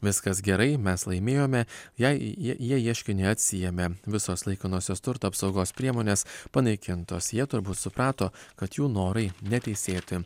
viskas gerai mes laimėjome jei jie ieškinį atsiėmė visos laikinosios turto apsaugos priemonės panaikintos jie turbūt suprato kad jų norai neteisėti